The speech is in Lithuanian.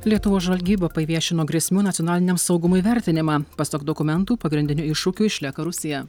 lietuvos žvalgyba paviešino grėsmių nacionaliniam saugumui vertinimą pasak dokumentų pagrindiniu iššūkiu išlieka rusija